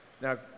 Now